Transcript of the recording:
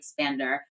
expander